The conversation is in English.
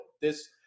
this-